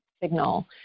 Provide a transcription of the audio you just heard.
signal